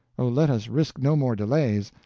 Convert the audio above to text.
oh, let us risk no more delays.